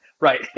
right